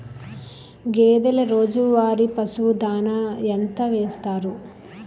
గేదెల రోజువారి పశువు దాణాఎంత వేస్తారు?